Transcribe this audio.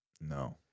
No